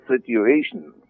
situation